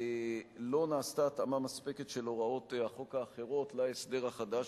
לא נעשתה התאמה מספקת של הוראות החוק האחרות להסדר החדש,